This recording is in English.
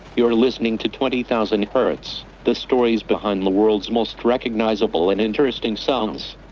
you're listening to twenty thousand hertz. the stories behind the world's most recognizable and interesting sounds.